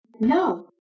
No